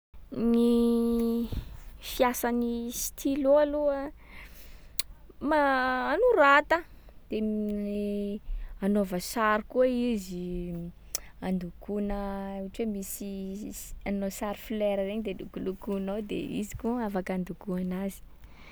Gny fiasan’ny stylo aloha, ma- anorata. De anaova sary koa izy, andokoana ohatra hoe misy anao sary folera regny de lokolokoinao de izy koa afaka andokoa anazy.